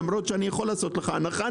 למרות שאני יכול לעשות לך הנחה,